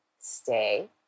stay